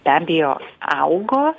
beabejo augo